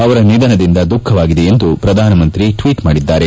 ಅವರ ನಿಧನದಿಂದ ದುಃಖವಾಗಿದೆ ಎಂದು ಪ್ರಧಾನಮಂತ್ರಿ ಟ್ವೀಟ್ ಮಾಡಿದ್ದಾರೆ